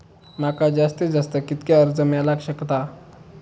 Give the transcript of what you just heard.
माका जास्तीत जास्त कितक्या कर्ज मेलाक शकता?